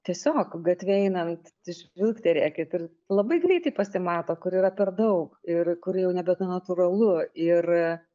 tiesiog gatve einant žvilgterėkit ir labai greitai pasimato kur yra per daug ir kur jau nebenatūralu ir